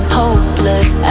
hopeless